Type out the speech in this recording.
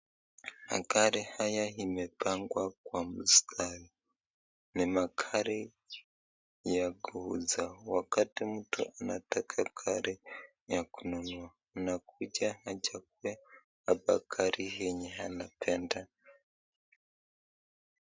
Magari haya imepangwa kwa mstari. Ni magari ya kuuza. Wakati mtu anataka gari ya kununua anakuja achague hapa gari yenye anapenda.